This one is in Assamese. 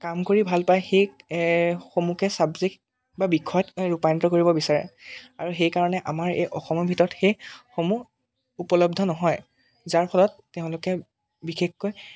কাম কৰি ভাল পায় সেই সমূকে ছাব্জেক্ট বা বিষয়ত ৰূপান্তৰিত কৰিব বিচাৰে আৰু সেইকাৰণে আমাৰ এই অসমৰ ভিৰতৰ সেইসমূহ উপলব্ধ নহয় যাৰ ফলত তেওঁলোকে বিশেষকৈ